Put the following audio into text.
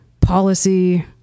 policy